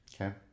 Okay